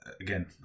Again